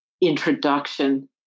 introduction